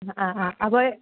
ആ ആ അതുപോലെ